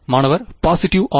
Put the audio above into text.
மாணவர் positive r